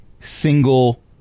single